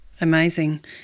Amazing